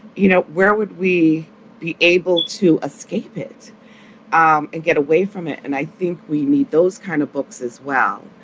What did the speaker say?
you know, where would we be able to escape it um and get away from it? and i think we need those kind of books as well.